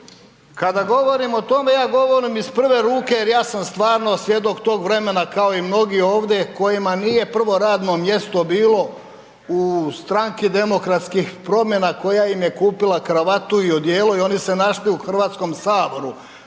Kada govorim o tome, ja govorim iz prve ruke jer ja sam stvarno svjedok tog vremena kao i mnogi ovdje kojima nije prvo radno mjesto bilo u Stranki demokratskih promjena koja im je kupila kravatu i odijelo i oni se našli u HS, pa